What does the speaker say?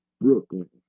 Brooklyn